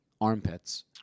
armpits